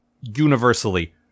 universally